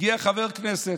הגיע חבר כנסת,